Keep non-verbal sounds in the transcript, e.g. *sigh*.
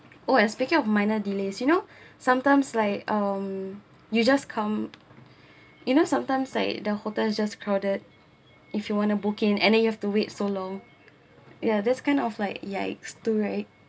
oh as speaking of minor delays you know *breath* sometimes like um you just come *breath* you know sometime like the hotel is just crowded if you want to book in and then you have to wait so long ya this kind of like it's too right